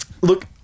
Look